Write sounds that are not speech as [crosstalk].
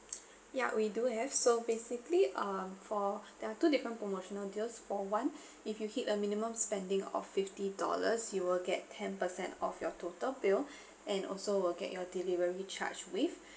ya we do have so basically um for there're two different promotional deals for one if you hit a minimum spending of fifty dollars you'll get ten percent off your total bill [breath] and also will get your delivery charge waved [breath]